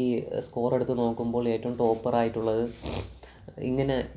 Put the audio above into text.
ഈ സ്കോർ എടുത്ത് നോക്കുമ്പോൾ ഏറ്റവും ടോപ്പർ ആയിട്ടുള്ളത് ഇങ്ങനെ